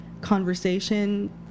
conversation